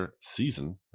season